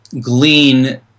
glean